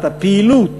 את הפעילות